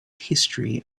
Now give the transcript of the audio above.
history